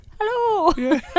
hello